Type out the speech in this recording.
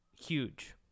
huge